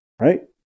right